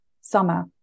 summer